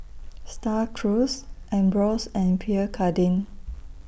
STAR Cruise Ambros and Pierre Cardin